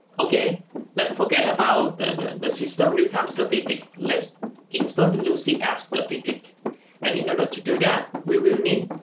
okay let's forget about the the system real time so they take less instant lucy and f-statistic and in order to do that we will need